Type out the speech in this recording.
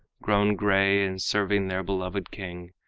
grown gray in serving their beloved king,